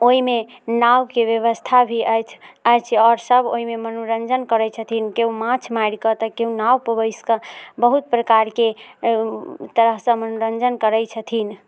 ओइमे नावके व्यवस्था भी अछि अछि आओर सब ओइमे मनोरञ्जन करै छथिन केओ माछ मारि कऽ तऽ केओ नावपर बसिकऽ बहुत प्रकारके तरहसँ मनोरञ्जन करै छथिन